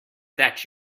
that